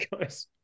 guys